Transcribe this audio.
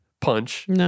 punch